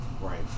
Right